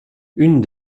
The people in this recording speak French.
une